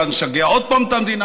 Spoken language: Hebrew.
ואז נשגע עוד פעם את המדינה.